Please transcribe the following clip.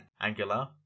angular